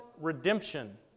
redemption